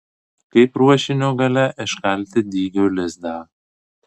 kaip ruošinio gale iškalti dygio lizdą